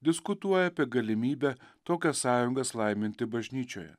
diskutuoja apie galimybę tokias sąjungas laiminti bažnyčioje